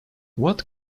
what